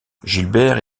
gilbert